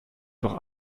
doch